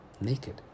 naked